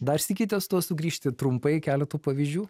dar sykį ties tuo sugrįžti trumpai keletu pavyzdžių